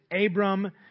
Abram